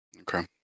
Okay